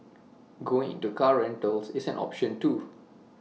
going into car rentals is an option too